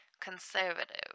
conservative